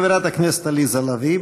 חברת הכנסת עליזה לביא,